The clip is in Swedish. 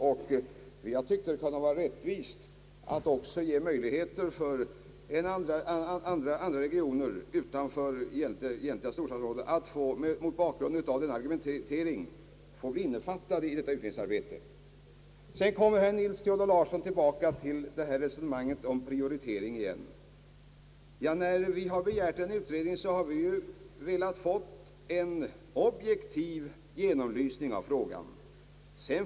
Jag har tyckt att det kunde vara rättvist att också andra regioner med likartade problem utanför de egentliga storstadsområdena, mot bakgrunden av denna argumentering, skulle få möjligheter att bli innefattade i utredningsarbetet. Herr Nils Theodor Larsson kom tillbaka till resonemanget om prioritering. När vi har begärt en utredning har det varit därför att vi velat få en objektiv genomlysning av frågan.